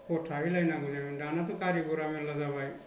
हर थाहैलायनांगौ जायोमोन दानाथ' गारि गरा मेरल जाबाय